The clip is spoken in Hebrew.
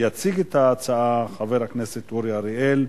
יציג את ההצעה חבר הכנסת אורי אריאל,